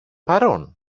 παρών